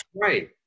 Right